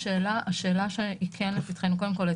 קודם כול,